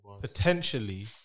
potentially